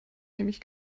nämlich